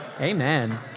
Amen